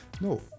no